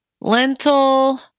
lentil